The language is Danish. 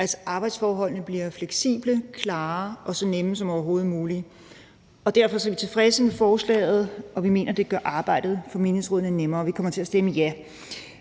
at arbejdsforholdene bliver fleksible, klare og så nemme som overhovedet muligt. Derfor er vi tilfredse med forslaget, og vi mener, at det gør arbejdet for menighedsrådene nemmere. Vi kommer til at stemme ja.